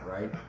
right